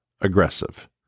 aggressive